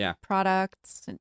products